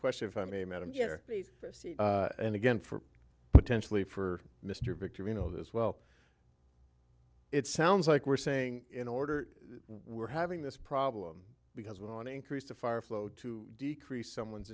question if i may medicare and again for potentially for mr victory you know this well it sounds like we're saying in order we're having this problem because we want to increase the fire flow to decrease someone's